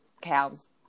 cows